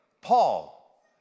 Paul